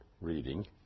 reading